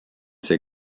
see